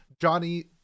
Johnny